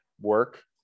work